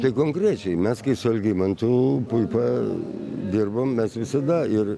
tai konkrečiai mes kai su algimantu puipa dirbom mes visada ir